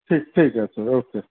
ঠিক ঠিক আছে ওকে